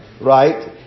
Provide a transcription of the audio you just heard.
right